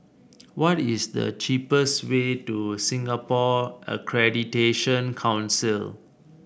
what is the cheapest way to Singapore Accreditation Council